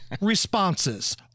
responses